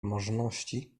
możności